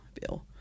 Bill